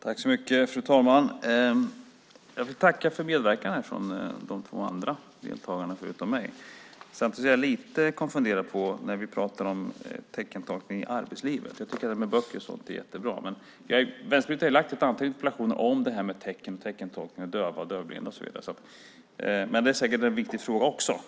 Fru talman! Jag vill tacka för medverkan från de två andra deltagarna förutom mig. Samtidigt är jag lite konfunderad. Vi pratar om teckentolkning i arbetslivet. Böcker och sådant är jättebra. Vänsterpartiet har ställt ett antal interpellationer om tecken och teckentolkning för döva och dövblinda. Det är säkert en viktig fråga också.